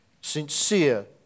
Sincere